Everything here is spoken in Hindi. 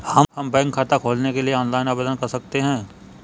हम बैंक खाता खोलने के लिए ऑनलाइन आवेदन कैसे कर सकते हैं?